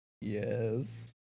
Yes